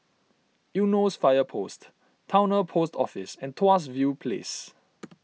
Eunos Fire Post Towner Post Office and Tuas View Place